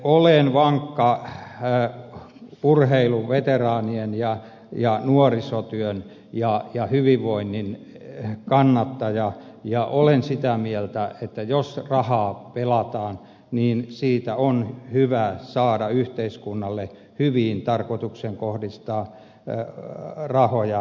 olen vankka urheilun veteraanien nuorisotyön ja hyvinvoinnin kannattaja ja olen sitä mieltä että jos rahaa pelataan niin siitä on hyvä saada yhteiskunnalle hyviin tarkoituksiin kohdistettavia rahoja